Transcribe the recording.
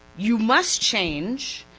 you must change,